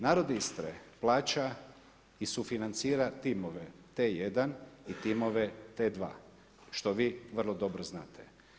Narod Istre plaća i sufinancira tim T1 i timove T2 što vi vrlo dobro znate.